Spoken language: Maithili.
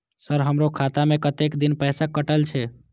सर हमारो खाता में कतेक दिन पैसा कटल छे?